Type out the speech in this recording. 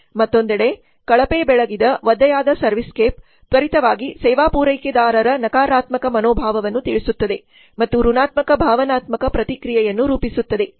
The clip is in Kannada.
ಮತ್ತೊಂದೆಡೆ ಕಳಪೆ ಬೆಳಗಿದ ಒದ್ದೆಯಾದ ಸರ್ವಿಸ್ ಸ್ಕೇಪ್ ತ್ವರಿತವಾಗಿ ಸೇವಾ ಪೂರೈಕೆದಾರರ ನಕಾರಾತ್ಮಕ ಮನೋಭಾವವನ್ನು ತಿಳಿಸುತ್ತದೆ ಮತ್ತು ಋ ಣಾತ್ಮಕ ಭಾವನಾತ್ಮಕ ಪ್ರತಿಕ್ರಿಯೆಯನ್ನು ರೂಪಿಸುತ್ತದೆ